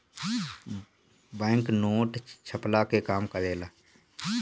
bank note छ्पला के काम करेला